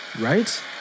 Right